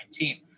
2019